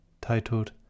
titled